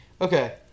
Okay